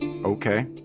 Okay